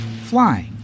Flying